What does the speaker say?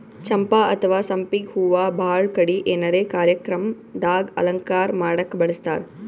ಚಂಪಾ ಅಥವಾ ಸಂಪಿಗ್ ಹೂವಾ ಭಾಳ್ ಕಡಿ ಏನರೆ ಕಾರ್ಯಕ್ರಮ್ ದಾಗ್ ಅಲಂಕಾರ್ ಮಾಡಕ್ಕ್ ಬಳಸ್ತಾರ್